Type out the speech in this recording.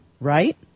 right